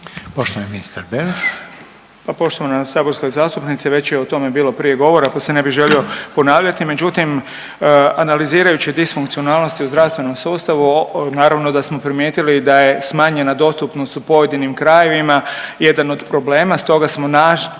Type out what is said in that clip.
**Beroš, Vili (HDZ)** Pa poštovana saborska zastupnice već je o tome bilo prije govora, pa se ne bih želio ponavljati. Međutim, analizirajući disfunkcionalnosti u zdravstvenom sustavu naravno da smo primijetili da je smanjena dostupnost u pojedinim krajevima jedan od problema, stoga smo